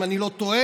אם אני לא טועה,